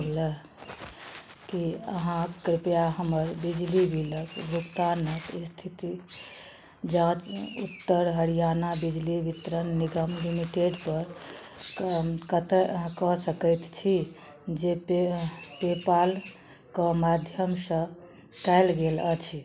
की अहाँ कृपया हमर बिजली बिलक भुगतानके स्थितिक जाँच उत्तर हरियाणा बिजली वितरण निगम लिमिटेडपर कऽ कतऽ कऽ सकैत छी जे पे पेपाल के माध्यमसँ कयल गेल अछि